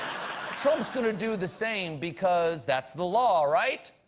trump's going to do the same because that's the law, right?